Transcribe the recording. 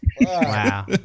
Wow